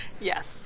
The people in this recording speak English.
Yes